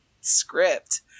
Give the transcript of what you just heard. script